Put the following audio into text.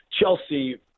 Chelsea